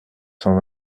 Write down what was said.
cent